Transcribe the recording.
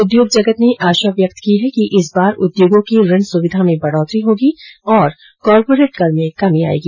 उद्योग जगत ने आशा व्यतक्त की है इस बार उद्योगों की ऋण सुविधा में बढ़ोतरी होगी और कार्पोरेट कर में कमी आएगी